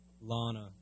Lana